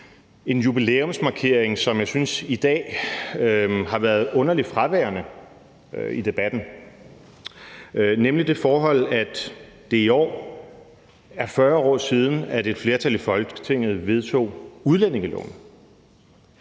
en jubilæumsmarkering, som jeg synes i dag har været underlig fraværende i debatten, nemlig det forhold, at det i år er 40 år siden, at et flertal i Folketinget vedtog udlændingeloven.